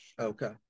Okay